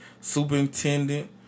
superintendent